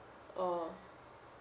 orh